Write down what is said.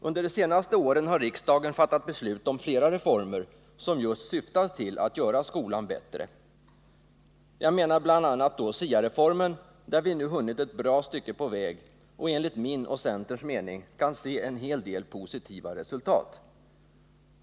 Under de senaste åren har riksdagen fattat beslut om flera reformer, som just syftar till att göra skolan bättre. Jag menar bl.a. SIA-reformen, där vi nu hunnit ett stycke på väg och enligt min och centerns mening kan se en hel del positiva resultat.